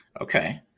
Okay